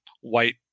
white